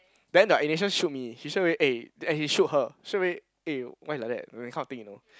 then the Inisha shoot me she straight away eh and he shoot her straight away eh why like that you know that kind of thing you know